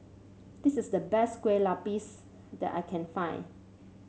this is the best Kue Lupis that I can find